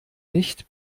nicht